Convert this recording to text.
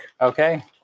Okay